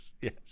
yes